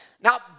Now